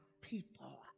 people